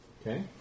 Okay